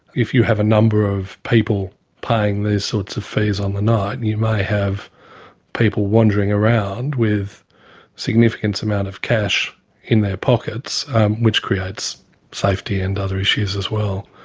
if you have a number of people paying these sorts of fees on the night and you may have people wandering around with significant amounts of cash in their pockets which creates safety and other issues as well.